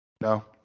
No